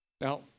Now